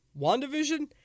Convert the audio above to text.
WandaVision